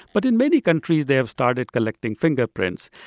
but in many countries they have started collecting fingerprints.